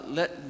let